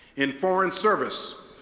in foreign service,